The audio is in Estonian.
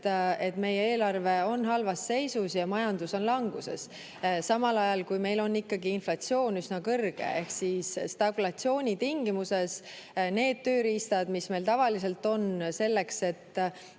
et meie eelarve on halvas seisus ja majandus on languses, samal ajal kui meil on inflatsioon üsna kõrge. Ehk stagflatsiooni tingimustes need tööriistad, mis meil tavaliselt on selleks, et